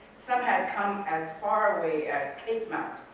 some had come as far away as caymount,